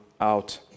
out